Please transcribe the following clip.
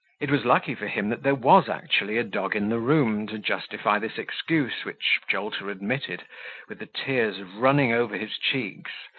it was lucky for him that there was actually a dog in the room, to justify this excuse, which jolter admitted with the tears running over his cheeks,